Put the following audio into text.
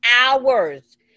hours